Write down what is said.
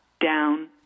down